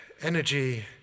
energy